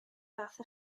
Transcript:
fath